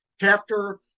chapter